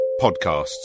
podcasts